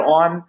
on